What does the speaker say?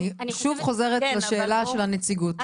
אני שוב חוזרת לשאלה של הנציגות.